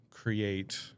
Create